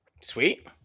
Sweet